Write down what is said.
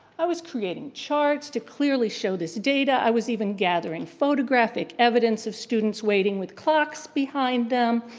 i was creating charts to clearly show this data, i was even gathering photographic evidence of students waiting with clocks behind them,